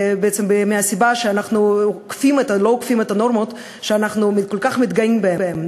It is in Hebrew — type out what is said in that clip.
מהסיבה שאנחנו לא אוכפים את הנורמות שאנחנו כל כך מתגאים בהן,